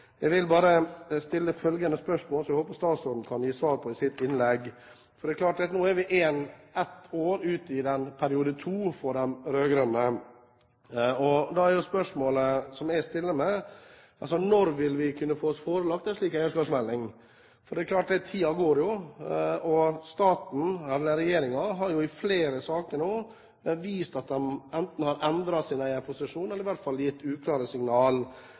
Jeg vil bare stille et spørsmål, som jeg håper statsråden kan gi svar på i sitt innlegg. Nå er vi ett år ute i periode to for de rød-grønne, og da er spørsmålet jeg stiller, følgende: Når vil vi kunne få oss forelagt en slik eierskapsmelding? For tiden går, og regjeringen har jo i flere saker nå vist at de enten har endret sin eierposisjon eller i hvert fall gitt uklare